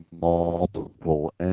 multiple